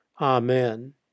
Amen